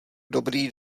dobrý